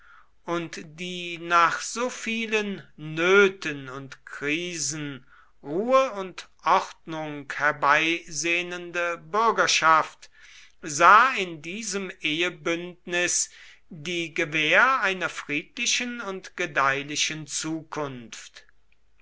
und die nach so vielen nöten und krisen ruhe und ordnung herbeisehnende bürgerschaft sah in diesem ehebündnis die gewähr einer friedlichen und gedeihlichen zukunft